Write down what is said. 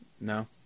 No